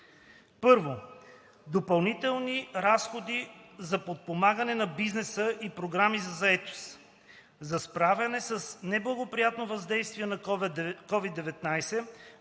1. Допълнителни разходи за подпомагане на бизнеса и програми за заетост. За справяне с неблагоприятното въздействие на COVID-19